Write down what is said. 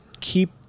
keep